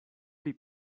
pri